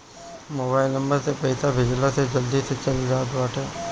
mobile number से पईसा भेजला से जल्दी से चल जात बाटे